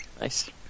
Nice